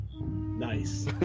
Nice